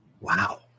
Wow